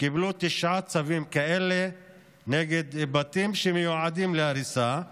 תשעה צווים כאלה נגד בתים שמיועדים להריסה.